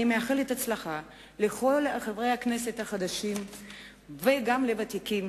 אני מאחלת הצלחה לכל חברי הכנסת החדשים וגם לוותיקים